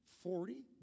Forty